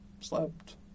slept